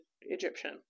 egyptian